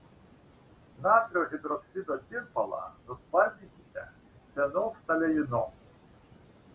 natrio hidroksido tirpalą nuspalvinkite fenolftaleinu